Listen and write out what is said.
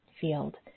field